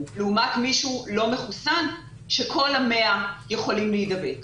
לעומת מי שהוא לא מחוסן שכל ה-100 אחוזים יכולים להידבק.